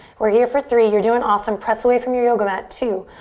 we're here for three. you're doing awesome. press away from your yoga mat. two,